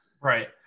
Right